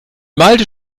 malte